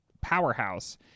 powerhouse